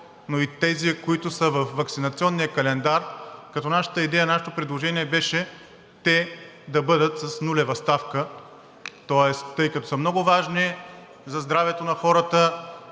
но и тези, които са във ваксинационния календар, като нашето предложение беше те да бъдат с нулева ставка, тоест, тъй като са много важни за здравето на хората,